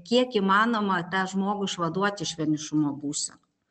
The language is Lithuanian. kiek įmanoma tą žmogų išvaduot iš vienišumo būsenų